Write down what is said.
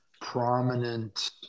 prominent